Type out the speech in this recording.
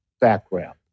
background